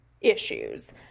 issues